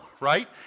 right